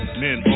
men